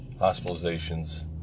hospitalizations